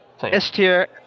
S-tier